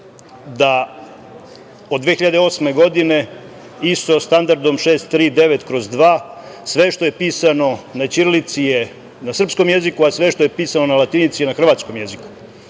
da od 2008. godine ISO standardom 639/2 sve što je pisano na ćirilici je na srpskom jeziku, a sve što je pisano na latinici je na hrvatskom jeziku.